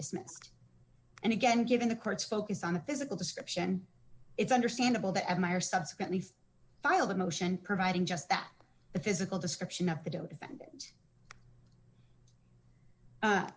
dismissed and again given the court's focus on the physical description it's understandable that admirer subsequently filed a motion providing just that the physical description of the doe defendant